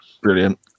Brilliant